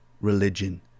religion